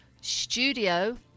studio